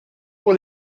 pour